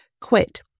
quit